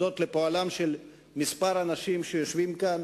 הודות לפועלם של כמה אנשים שיושבים כאן,